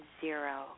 zero